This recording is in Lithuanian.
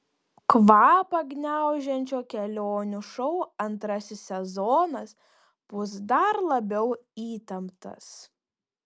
kvapą gniaužiančio kelionių šou antrasis sezonas bus dar labiau įtemptas